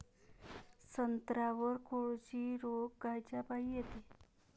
संत्र्यावर कोळशी रोग कायच्यापाई येते?